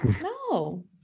No